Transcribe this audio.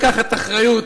לקחת אחריות,